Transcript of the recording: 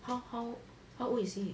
how how how old is he